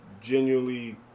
genuinely